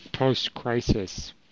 post-crisis